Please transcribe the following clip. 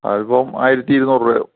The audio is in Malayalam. അതിപ്പം ആയിരത്തി ഇരുന്നൂറ് രൂപയാവും